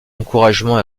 encouragements